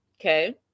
okay